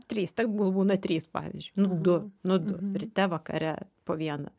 trys tegul būna trys pavyzdžiui nu du nu du ryte vakare po vieną